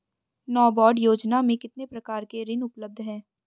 नाबार्ड योजना में कितने प्रकार के ऋण उपलब्ध हैं?